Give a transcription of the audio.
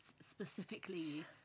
specifically